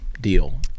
deal